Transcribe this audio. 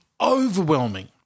overwhelming